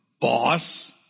boss